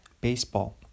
Baseball